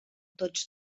tots